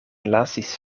lasis